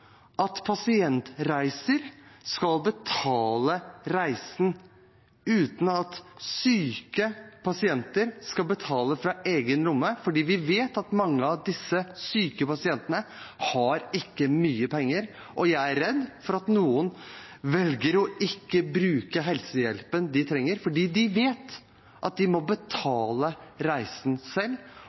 at syke pasienter da skal betale av egen lomme, for vi vet at mange av disse syke pasientene ikke har mye penger. Jeg er redd for at noen velger å ikke bruke helsehjelpen de trenger, fordi de vet at de må betale reisen selv.